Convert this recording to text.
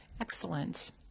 Excellent